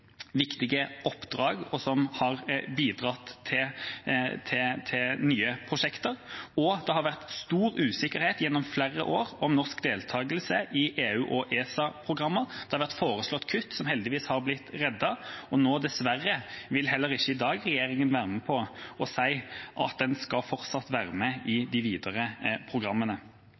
viktige oppdrag, og som har bidratt til nye prosjekter, og det har gjennom flere år vært stor usikkerhet om norsk deltakelse i EU- og ESA-programmer. Det har vært foreslått kutt som en heldigvis har unngått, og dessverre vil regjeringa heller ikke i dag være med på å si at en fortsatt skal være med i de videre programmene.